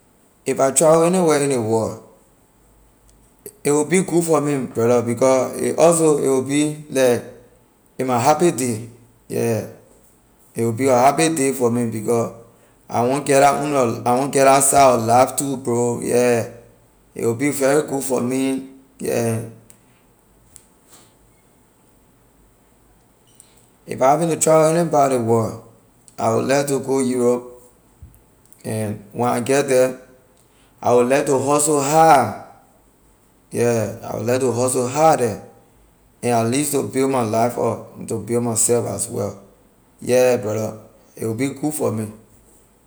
If I travel anywhere in ley world a will be good for me brother because a also a will be like like my happy day yeah it will be a happy day for me because I want get la owner I want get la side of life too bro yeah a will be very good for me yeah if I having to travel any part of ley world I will like to go europe and when I get the I will like to hustle hard yeah I will like to hustle hard the and at least to build my life up and to build myself as well yeah brother a will be good for me.